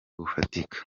bufatika